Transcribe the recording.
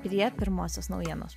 prie pirmosios naujienos